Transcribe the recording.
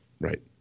right